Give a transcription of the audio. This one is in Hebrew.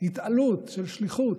התעלות של שליחות,